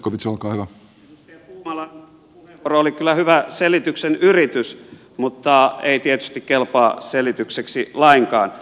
edustaja puumalan puheenvuoro oli kyllä hyvä selityksen yritys mutta ei tietysti kelpaa selitykseksi lainkaan